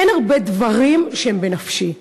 אין הרבה דברים שהם בנפשי.